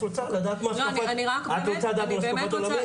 את רוצה לדעת מה השקפת עולמי?